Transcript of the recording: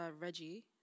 Reggie